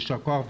יישר כוח,